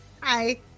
hi